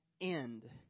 end